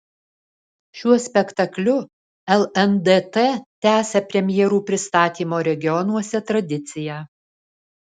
šiuo spektakliu lndt tęsia premjerų pristatymo regionuose tradiciją